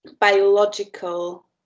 biological